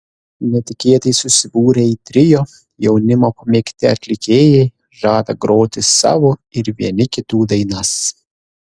netikėtai susibūrę į trio jaunimo pamėgti atlikėjai žada groti savo ir vieni kitų dainas